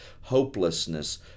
hopelessness